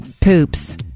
poops